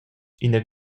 ina